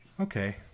okay